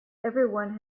everyone